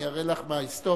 אני אראה לך מההיסטוריה